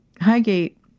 Highgate